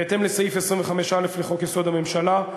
בהתאם לסעיף 25(א) לחוק-יסוד: הממשלה,